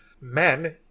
men